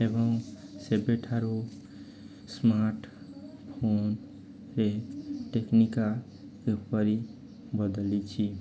ଏବଂ ସେବେଠାରୁ ସ୍ମାର୍ଟଫୋନ୍ରେ ଟେକ୍ନିକା ଏପରି ବଦଳିଛି